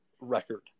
record